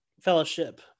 fellowship